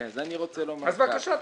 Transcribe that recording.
אז בבקשה תגיד.